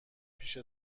پیش